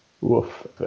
Woof